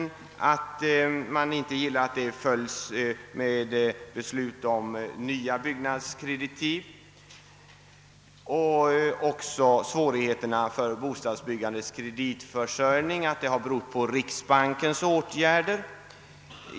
Man gillar inte att dessa skall följas av beslut om nya byggnadskreditiv. Vidare menar man att svårigheterna beträffande bostadsbyggandets kreditförsörjning har berott på riksbankens åtgärder.